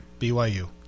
BYU